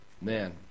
man